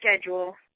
schedule